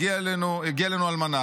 הגיעה אלינו אלמנה,